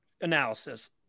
analysis